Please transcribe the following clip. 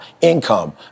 income